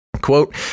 Quote